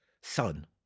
son